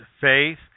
faith